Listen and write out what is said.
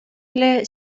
эле